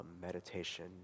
meditation